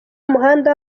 umuhanda